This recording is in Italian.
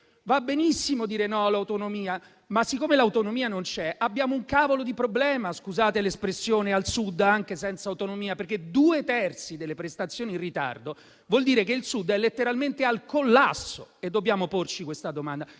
va benissimo dire no all'autonomia, ma siccome l'autonomia non c'è, al Sud abbiamo un cavolo di problema - scusate l'espressione - anche senza autonomia, perché due terzi delle prestazioni in ritardo vuol dire che il Sud è letteralmente al collasso e dobbiamo porci questa domanda.